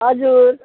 हजुर